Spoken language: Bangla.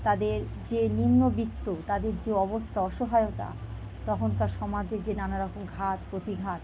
তাদের যে নিম্নবিত্ত তাদের যে অবস্থা অসহায়তা তখনকার সমাজে যে নানা রকম ঘাত প্রতিঘাত